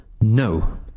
no